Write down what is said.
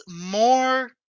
more